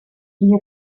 die